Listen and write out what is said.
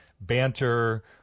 banter